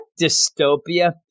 dystopia